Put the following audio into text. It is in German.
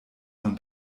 man